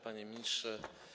Panie Ministrze!